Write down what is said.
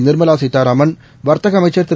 நிர்மாவாசீதாராமன் வர்த்தகஅமைச்சா் திரு